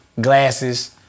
glasses